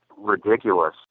Ridiculous